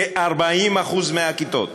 כ-40% מהכיתות,